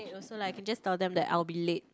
also like I can just tell them that I'll be late